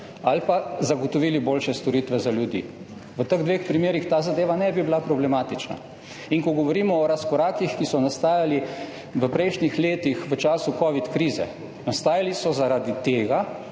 ali pa zagotovili boljše storitve za ljudi. V teh dveh primerih ta zadeva ne bi bila problematična. In ko govorimo o razkorakih, ki so nastajali v prejšnjih letih, v času covid krize – nastajali so zaradi tega,